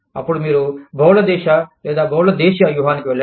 అప్పుడు మీరు బహుళ దేశ లేదా బహుళ దేశీయ వ్యూహానికి వెళ్లండి